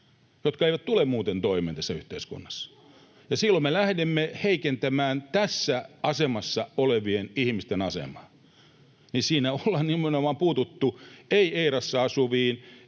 jotka eivät tule muuten toimeen tässä yhteiskunnassa. Ja silloin me lähdemme heikentämään tässä asemassa olevien ihmisten asemaa. Siinä ei ole puututtu Eirassa asuviin